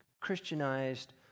Christianized